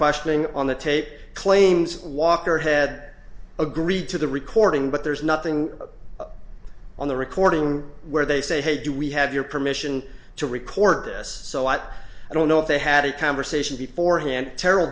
questioning on the tape claims walker had agreed to the recording but there's nothing on the recording where they say hey do we have your permission to record this so what i don't know if they had a conversation before hand terr